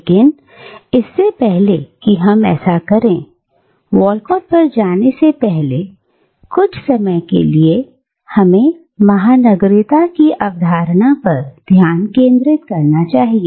लेकिन इससे पहले कि हम ऐसा करें वॉलकॉट पर जाने से पहले कुछ समय के लिए हमें महानगरीयता की अवधारणा पर ध्यान केंद्रित करना चाहिए